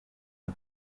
pee